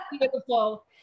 Beautiful